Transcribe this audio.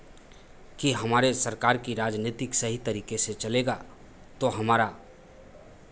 कि हमारे सरकार की राजनैतिक सही तरीके से चलेगा तो हमारा